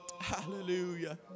Hallelujah